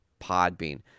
Podbean